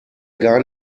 gar